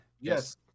Yes